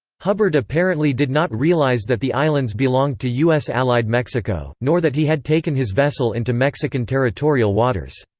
hubbard apparently did not realize that the islands belonged to us-allied mexico, nor that he had taken his vessel into mexican territorial waters.